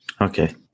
Okay